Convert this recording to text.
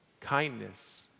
kindness